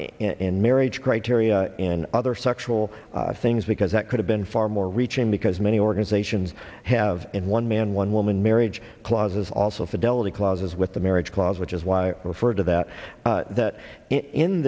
in marriage criteria in other sexual things because that could have been far more reaching because many organizations have in one man one woman marriage clauses also fidelity clauses with the marriage clause which is why i referred to that in th